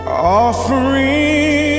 Offering